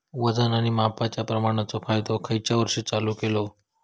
वजन आणि मापांच्या प्रमाणाचो कायदो खयच्या वर्षी चालू केलो?